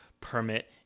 permit